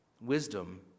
Wisdom